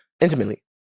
intimately